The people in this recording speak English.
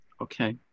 Okay